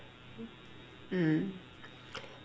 mm